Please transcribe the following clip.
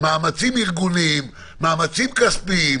האולמות הם קטנים מאוד וצפופים,